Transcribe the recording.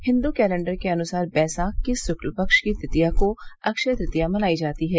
Hindu calendar के अनुसार बैसाख की शुक्ल पक्ष की तृतीया को अक्षय तृतीया मनाई जाती है